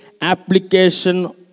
application